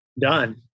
done